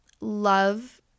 love